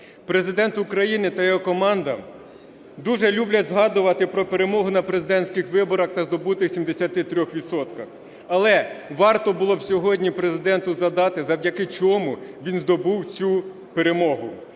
Президент України та його команда дуже люблять згадувати про перемогу на президентських виборах та здобутих 73 відсотках. Але варто було б сьогодні Президенту згадати, завдяки чому він здобув цю перемогу.